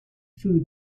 food